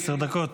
עשר דקות.